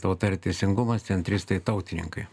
tauta ir teisingumas centristai tautininkai